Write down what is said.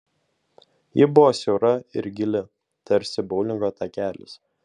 ji buvo siaura ir gili tarsi boulingo takelis